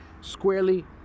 squarely